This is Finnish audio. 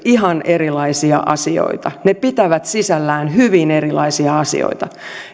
ihan erilaisia asioita ne pitävät sisällään hyvin erilaisia asioita